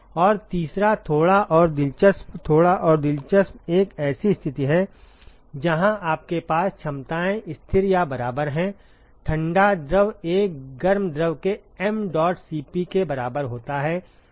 और तीसरा थोड़ा और दिलचस्प थोड़ा और दिलचस्प एक ऐसी स्थिति है जहां आपके पास क्षमताएं स्थिर या बराबर हैं ठंडा द्रव एक गर्म द्रव के m dot C p के बराबर होता है